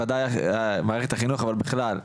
בוודאי מערכת החינוך אבל בכלל,